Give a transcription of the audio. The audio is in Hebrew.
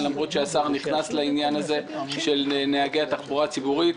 למרות שהשר נכנס לעניין הזה של נהגי התחבורה הציבורית.